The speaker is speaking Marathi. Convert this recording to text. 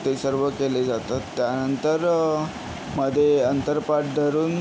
ते सर्व केले जातात त्यानंतर मधे अंतरपाट धरून